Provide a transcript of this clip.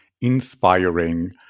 inspiring